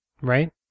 right